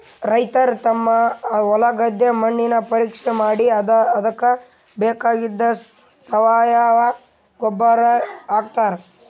ರೈತರ್ ತಮ್ ಹೊಲದ್ದ್ ಮಣ್ಣಿನ್ ಪರೀಕ್ಷೆ ಮಾಡಿ ಅದಕ್ಕ್ ಬೇಕಾಗಿದ್ದ್ ಸಾವಯವ ಗೊಬ್ಬರ್ ಹಾಕ್ತಾರ್